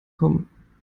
kommen